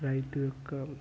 రైతు యొక్క